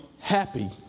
Happy